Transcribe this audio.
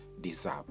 deserve